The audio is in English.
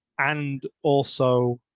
and also,